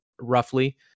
roughly